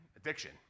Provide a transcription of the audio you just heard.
Addiction